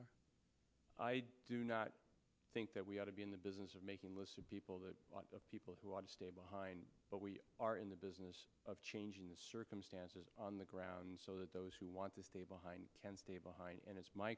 are i do not think that we ought to be in the business of making lists of people the people who want to stay behind but we are in the business of changing the circumstances on the ground so that those who want to stay behind can stay behind and it's my